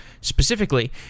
specifically